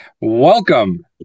Welcome